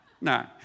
No